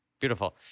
Beautiful